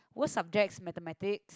worst subject Mathematic